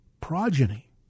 progeny